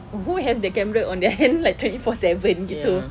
who has the camera on their hand like twenty four seven gitu